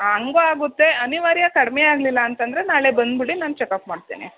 ಹಾಂ ಹಂಗು ಆಗುತ್ತೆ ಅನಿವಾರ್ಯ ಕಡಿಮೆ ಆಗಲಿಲ್ಲ ಅಂತಂದರೆ ನಾಳೆ ಬಂದಬಿಡಿ ನಾನು ಚಕಪ್ ಮಾಡ್ತೀನಿ